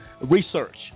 research